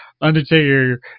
Undertaker